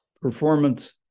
performance